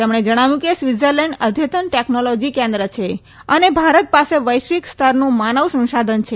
તેમણે જણાવ્યું કે સ્વીત્ઝરલેન્ડ અદ્યતન ટેકનોલોજી કેન્દ્ર છે અને ભારત પાસે વૈશ્વિક સ્તરનું માનવ સંસાધન છે